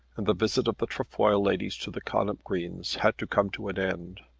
and the visit of the trefoil ladies to the connop greens had to come to an end.